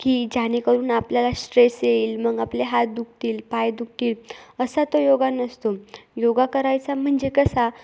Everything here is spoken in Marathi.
की जेणेकरून आपल्याला स्ट्रेस येईल मग आपले हात दुखतील पाय दुखतील असा तो योगा नसतो योगा करायचा म्हणजे कसा